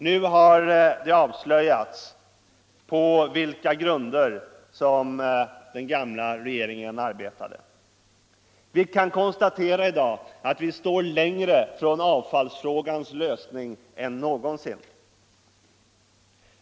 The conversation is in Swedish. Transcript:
Nu har det avslöjats på vilka grunder som den gamla regeringen arbetade. Vi kan konstatera i dag att vi står längre från avfallsfrågans lösning än någonsin.